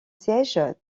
siège